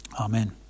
amen